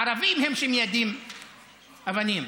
הערבים הם שמיידים אבנים.